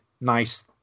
nice